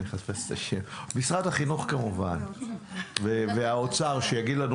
משרד החינוך כמובן והאוצר שיגיד לנו,